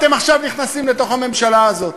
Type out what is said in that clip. אתם עכשיו נכנסים לתוך הממשלה הזאת,